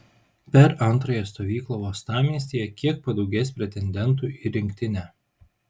per antrąją stovyklą uostamiestyje kiek padaugės pretendentų į rinktinę